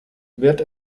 wird